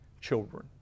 children